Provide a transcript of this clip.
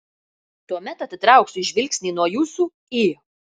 tuomet atitrauksiu žvilgsnį nuo jūsų į